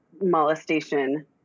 molestation